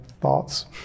thoughts